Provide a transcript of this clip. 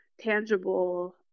tangible